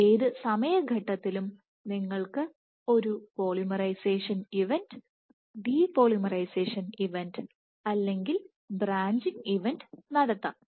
അതിനാൽ ഏത് സമയ ഘട്ടത്തിലും നിങ്ങൾക്ക് ഒരു polymerisation event event depolymerisation event event അല്ലെങ്കിൽ ബ്രാഞ്ചിംഗ് ഇവന്റ് event നടത്താം